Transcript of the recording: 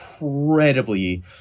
incredibly